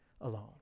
alone